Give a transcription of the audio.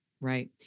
Right